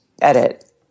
edit